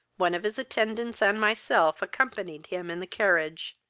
one of his attendants and myself accompanied him in the carriage.